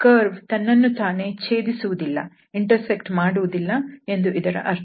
ಅಂದರೆ ಕರ್ವ್ ತನ್ನನ್ನು ತಾನೇ ಛೇದಿಸುದಿಸುವುದಿಲ್ಲ ಎಂದು ಇದರ ಅರ್ಥ